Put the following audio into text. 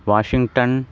Washington